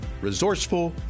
resourceful